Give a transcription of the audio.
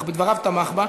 אך בדבריו תמך בה,